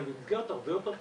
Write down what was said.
אבל במסגרת הרבה יותר כללית,